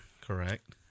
Correct